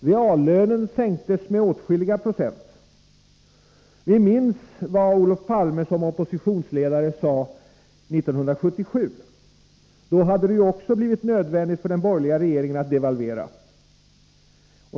Reallönen sänktes med åtskilliga procent. Vi minns vad Olof Palme som oppositionsledare sade 1977. Då hade det också blivit nödvändigt för den borgerliga regeringen att devalvera.